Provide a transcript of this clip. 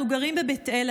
אנחנו גרים בבית אל.